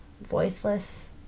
voiceless